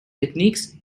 techniques